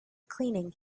cleaning